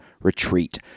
Retreat